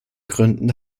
gründen